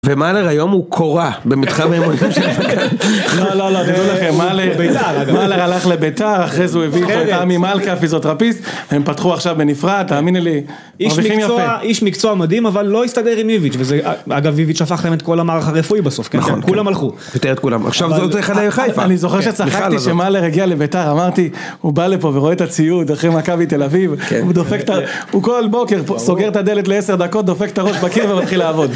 ומאלר היום הוא קורא במתחם הרמונטיים של יוויץ. לא, לא, לא, תדאגו לכם, מאלר הלך לביתה אחרי שהוא הביא פה איתה ממלכה, פיזוטרפיסט, הם פתחו עכשיו בנפרד, תאמיני לי. איש מקצוע מדהים, אבל לא הסתגר עם יוויץ, וזה, אגב, יוויץ שפך להם את כל המערך הרפואי בסוף, כן, כולם הלכו. עכשיו זה עוד צריך להיות חיפה. אני זוכר שצחקתי שמאלר הגיע לביתה, אמרתי, הוא בא לפה ורואה את הציוד, דרכם עכבי תל אביב, הוא דופק את הראש, הוא כל בוקר סוגר את הדלת ל-10 דקות, דופק את הראש בקיר ומתחיל לעבוד.